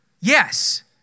Yes